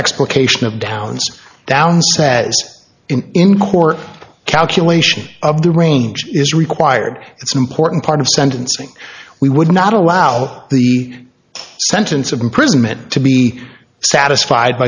explication of downs downs in court calculation of the range is required it's an important part of sentencing we would not allow the sentence of imprisonment to be satisfied